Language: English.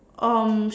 um